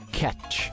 catch